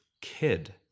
kid